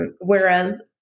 Whereas